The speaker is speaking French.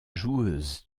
joueuse